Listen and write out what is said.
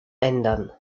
ändern